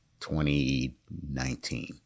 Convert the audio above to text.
2019